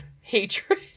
hatred